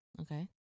Okay